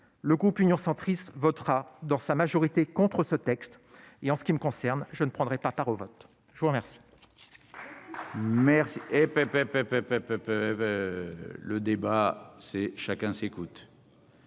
Le groupe Union Centriste votera dans sa majorité contre ce texte. En ce qui me concerne, je ne prendrai pas part au vote. Le débat impose que chacun écoute,